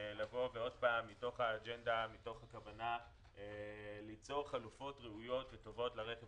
מתוך כוונה ליצור חלופות ראויות וטובות לרכב